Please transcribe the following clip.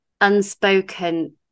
unspoken